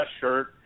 shirt